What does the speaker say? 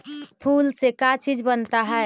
फूल से का चीज बनता है?